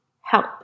help